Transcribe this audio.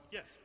Yes